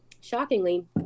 shockingly